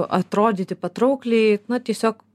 atrodyti patraukliai na tiesiog